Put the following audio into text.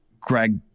Greg